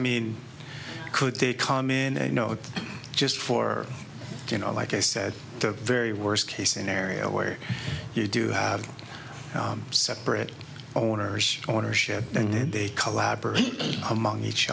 mean could they come in there you know just for you know like i said the very worst case scenario where you do have separate ownership ownership and they collaborate among each